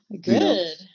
Good